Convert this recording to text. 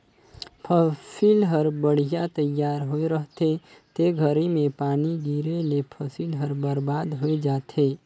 फसिल हर बड़िहा तइयार होए रहथे ते घरी में पानी गिरे ले फसिल हर बरबाद होय जाथे